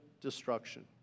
destruction